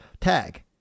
tag